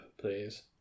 please